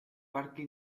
parque